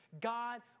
God